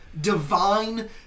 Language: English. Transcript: divine